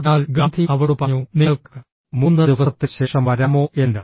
അതിനാൽ ഗാന്ധി അവളോട് പറഞ്ഞു നിങ്ങൾക്ക് 3 ദിവസത്തിന് ശേഷം വരാമോ എന്ന്